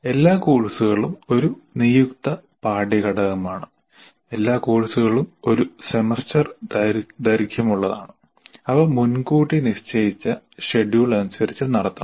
എല്ലാ കോഴ്സുകളും ഒരു നിയുക്ത പാഠ്യ ഘടകമാണ് എല്ലാ കോഴ്സുകളും ഒരു സെമസ്റ്റർ ദൈർഘ്യമുള്ളതാണ് അവ മുൻകൂട്ടി നിശ്ചയിച്ച ഷെഡ്യൂൾ അനുസരിച്ച് നടത്തണം